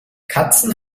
katzen